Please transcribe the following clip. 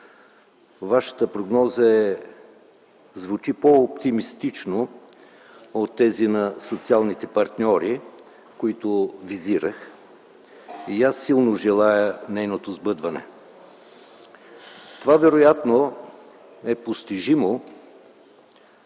Вашата прогноза звучи по-оптимистично от тези на социалните партньори, които визирах, и аз силно желая нейното сбъдване. Това вероятно е постижимо